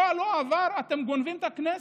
לא עבר שבוע, ואתם גונבים את הכנסת.